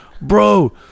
bro